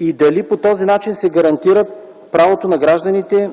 и дали по този начин се гарантира правото на гражданите